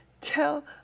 tell